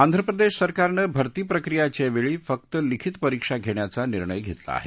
आंध्र प्रदेश सरकारनं भरती प्रक्रियेच्या वेळी फक्त लिखित परिक्षा घेप्याचा निर्णय घेतला आहे